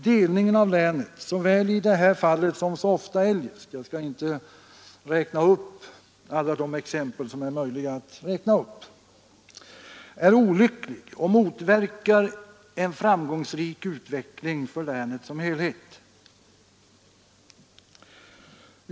Delningen av länet såväl i det här fallet som så ofta eljest — jag skall inte räkna upp alla de exempel som är möjliga att anföra — är olycklig och motverkar en framgångsrik utveckling för länet som helhet.